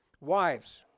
Wives